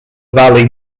valley